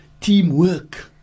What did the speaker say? teamwork